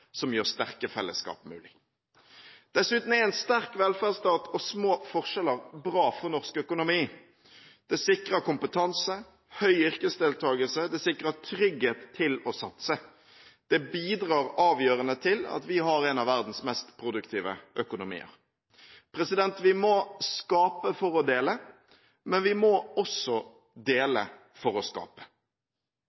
som gjør sterke fellesskap mulig. Dessuten er en sterk velferdsstat og små forskjeller bra for norsk økonomi. Det sikrer kompetanse, høy yrkesdeltakelse og trygghet til å satse. Det bidrar avgjørende til at vi har en av verdens mest produktive økonomier. Vi må skape for å dele, men vi må også